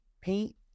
paint